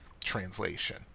translation